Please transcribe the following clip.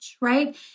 right